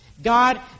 God